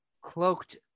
cloaked